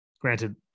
Granted